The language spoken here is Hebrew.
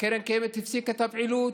קרן קיימת הפסיקה את הפעילות,